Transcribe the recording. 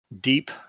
deep